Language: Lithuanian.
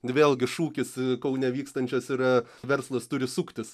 vėlgi šūkis kaune vykstančios yra verslas turi suktis